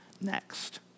next